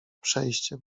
przejście